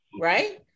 Right